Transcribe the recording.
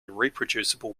reproducible